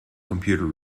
computer